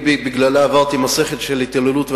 שבגללה אני עברתי מסכת של התעללות והשפלה,